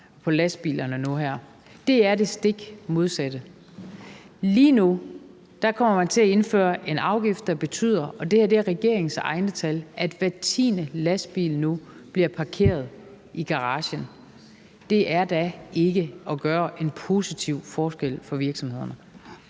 på lastbilerne, er det det stik modsatte. Lige nu kommer man til at indføre en afgift, der betyder – og det er regeringens egne tal – at hver tiende lastbil nu bliver parkeret i garagen. Det er da ikke at gøre en positiv forskel for virksomhederne.